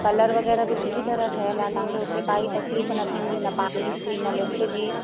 colour वग़ैरह बि सुठी तरह ठहियल आहे तव्हां खे हुते काई तकलीफ़ न थींदी न पाणी जी न लिफ्ट जी